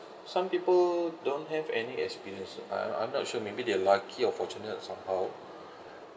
some people don't have any experience I I'm not sure maybe they're lucky or fortunate somehow